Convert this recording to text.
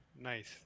Nice